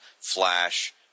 Flash